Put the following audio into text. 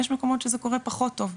יש מקומות שזה קורה פחות טוב,